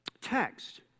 text